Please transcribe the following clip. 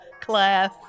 class